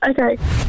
Okay